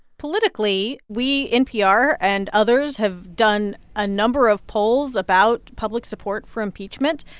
politically, we npr and others have done a number of polls about public support for impeachment.